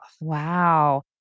Wow